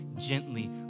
gently